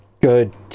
good